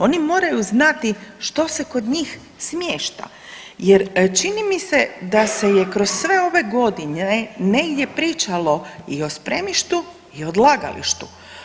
Oni moraju znati što se kod njih smješta, jer čini mi se da se je kroz sve ove godine negdje pričalo i o spremištu i o odlagalištu.